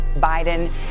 Biden